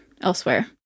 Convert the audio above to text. elsewhere